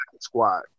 squad